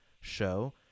show